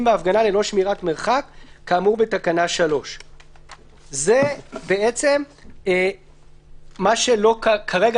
בהפגנה ללא שמירת מרחק כאמור בתקנה 3. זה מה שלא בתוקף כרגע,